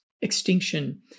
extinction